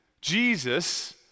Jesus